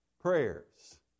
prayers